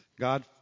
God